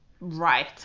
Right